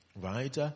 right